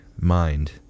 Mind